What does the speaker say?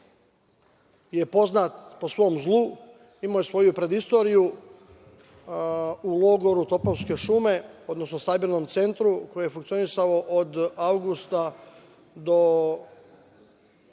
je poznat po svom zlu. Imao je svoju predistoriju u logoru Topovske šume, odnosno sabirnom centru, koji je funkcionisao od avgusta do